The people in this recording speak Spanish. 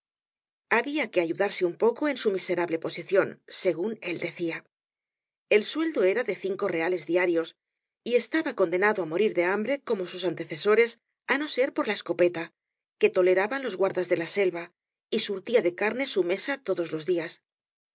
había que ayudarse un poco en su miserable posición según él decía el sueldo era de cinco reales diarios y estaba condenado á morir de hambre como sus antecesores á no ser por la escopeta que toleraban los guardas de la selva y surtía de carne su mesa todos los días